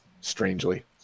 strangely